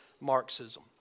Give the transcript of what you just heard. Marxism